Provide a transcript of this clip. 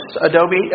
Adobe